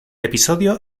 episodio